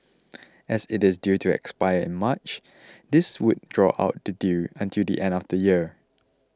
as it is due to expire in March this would draw out the deal until the end of next year